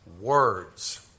words